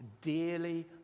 dearly